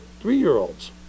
three-year-olds